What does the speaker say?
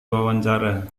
wawancara